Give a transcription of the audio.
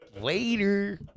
Later